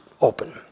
open